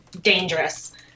dangerous